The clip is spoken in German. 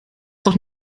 doch